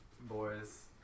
boys